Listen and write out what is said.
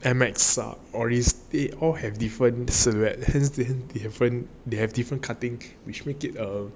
M_X ah all this they all have different silhouette hence the different they have different cutting which make it uh